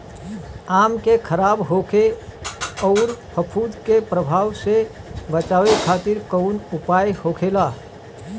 आम के खराब होखे अउर फफूद के प्रभाव से बचावे खातिर कउन उपाय होखेला?